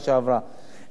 ולממשלה יש יעד,